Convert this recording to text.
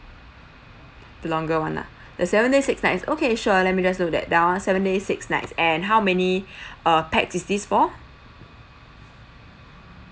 the longer [one] ah the seventy six nights okay sure let me just note that down seven days six nights and how many uh pax is this for